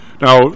now